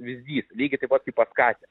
vyzdys lygiai taip pat kaip pas katę